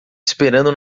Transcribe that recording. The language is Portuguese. esperando